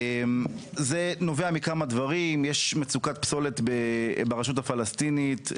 זה נובע מכמה דברים יש מצוקת פסולת ברשות הפלסטינית,